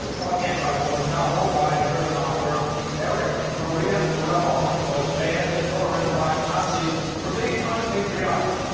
ah what antiwar novel by german author erich maria remarque was banned and burned by the nazis for being unpatriotic?